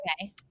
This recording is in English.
Okay